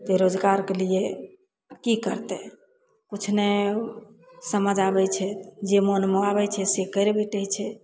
बेरोजगारके लिए की करतय किछु नहि समझ आबय छै जे मोनमे आबय छै से करि बैठय छै